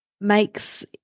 makes